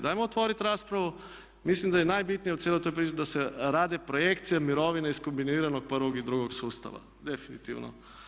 Dajmo otvorit raspravu, mislim da je najbitnije u cijeloj toj priči da se rade projekcije mirovine iz kombiniranog prvog i drugog sustava, definitivno.